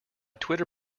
twitter